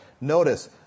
Notice